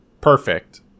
perfect